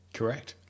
Correct